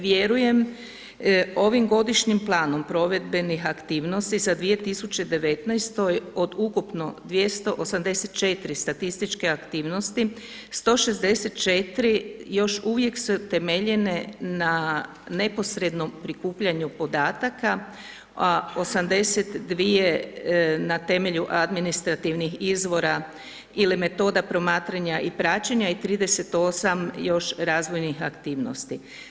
Vjerujem, ovim godišnjim planom provedbenih aktivnosti za 2019. od ukupno 284 statističke aktivnosti, 164 još uvijek su temeljene na neposrednom prikupljanju podataka, a 82 na temelju administrativnih izvora ili metoda promatranja i praćenja i 38 još razvojnih aktivnosti.